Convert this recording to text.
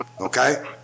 Okay